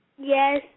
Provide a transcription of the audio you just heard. Yes